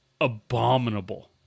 abominable